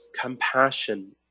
compassion